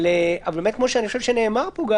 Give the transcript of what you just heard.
אבל כמו שנאמר פה,